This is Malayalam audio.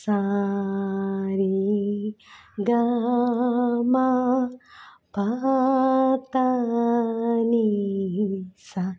സ രി ഗ മ പ ധ നി സ